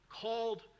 called